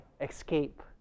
escape